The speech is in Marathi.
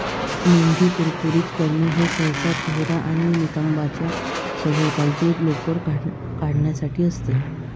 मेंढी कुरकुरीत करणे हे सहसा चेहरा आणि नितंबांच्या सभोवतालची लोकर काढण्यासाठी असते